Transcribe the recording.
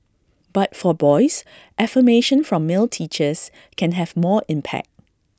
but for boys affirmation from male teachers can have more impact